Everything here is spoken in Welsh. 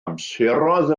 amseroedd